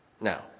Now